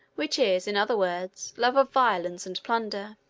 which is, in other words, love of violence and plunder.